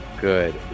good